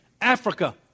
Africa